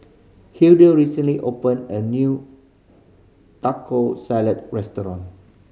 Hilda recently opened a new Taco Salad Restaurant